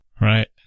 Right